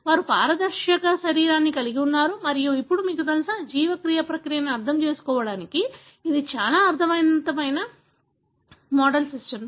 వారు పారదర్శక శరీరాన్ని కలిగి ఉన్నారు మరియు ఇప్పుడు మీకు తెలుసా జీవక్రియ ప్రక్రియను అర్థం చేసుకోవడానికి ఇది చాలా శక్తివంతమైన మోడల్ సిస్టమ్